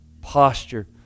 Posture